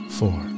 four